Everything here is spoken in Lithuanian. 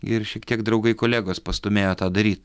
ir šiek tiek draugai kolegos pastūmėjo tą daryt